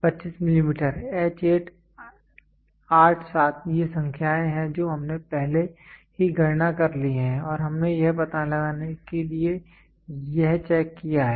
25 millimetre H 8 8 7 ये संख्याएँ हैं जो हमने पहले ही गणना कर ली हैं और हमने यह पता लगाने के लिए यह चेक किया है